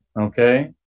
Okay